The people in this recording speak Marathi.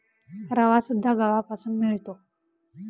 रवासुद्धा गव्हापासून मिळतो